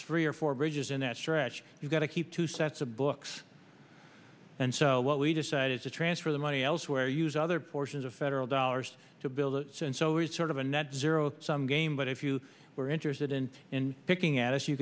three or four bridges in that stretch you've got to keep two sets of books and so what we decided to transfer the money elsewhere use other portions of federal dollars to build and so it's sort of a net zero sum game but if you were interested in in picking at if you